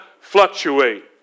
fluctuate